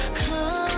come